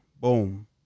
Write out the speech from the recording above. Boom